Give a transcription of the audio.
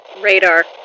Radar